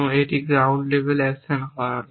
এখন এটি একটি গ্রাউন্ড লেভেল অ্যাকশন নয়